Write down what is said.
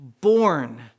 born